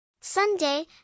Sunday